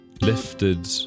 lifted